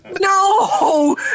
No